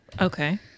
Okay